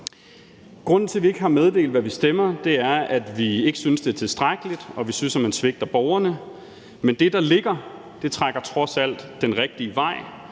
Grunden til, at vi ikke har meddelt, hvad vi stemmer, er, at vi ikke synes, det er tilstrækkeligt, og vi synes, at man svigter borgerne. Men det, der ligger, trækker trods alt den rigtige vej,